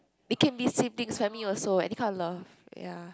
it can be siblings family also any kind of love